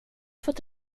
fått